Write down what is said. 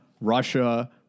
Russia